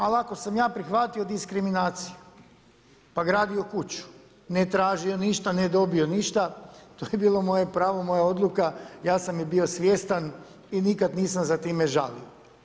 Ali ako sam ja prihvatio diskriminaciju pa radio kuću, ne tražio ništa, ne dobio ništa to je bilo moje pravo, moja odluka ja sam i bio svjestan i nikad nisam za time žalio.